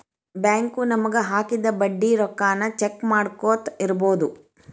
bank ನಮಗ ಹಾಕಿದ ಬಡ್ಡಿ ರೊಕ್ಕಾನ ಚೆಕ್ ಮಾಡ್ಕೊತ್ ಇರ್ಬೊದು